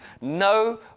no